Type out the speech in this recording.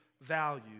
value